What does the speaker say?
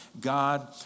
God